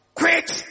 quit